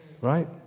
Right